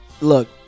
Look